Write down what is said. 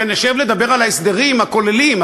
כשנשב לדבר על ההסדרים הכוללים,